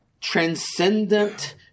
transcendent